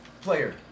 player